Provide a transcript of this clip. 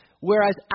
Whereas